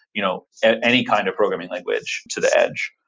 you know any kind of programming language to the edge.